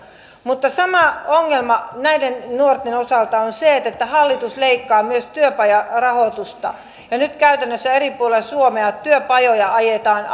sama ongelma näiden nuorten osalta on siinä että hallitus leikkaa myös työpajarahoitusta ja nyt käytännössä eri puolilla suomea työpajoja ajetaan